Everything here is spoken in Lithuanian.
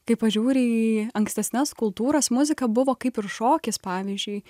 kai pažiūri į ankstesnes kultūras muzika buvo kaip ir šokis pavyzdžiui